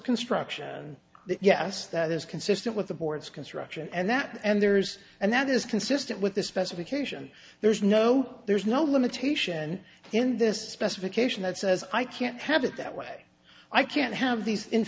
construction yes that is consistent with the board's construction and that and there's and that is consistent with the specification there's no there's no limitation in this specific ation that says i can't have it that way i can't have these in